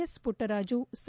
S Puttaraju ಸಾ